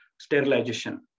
sterilization